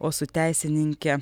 o su teisininke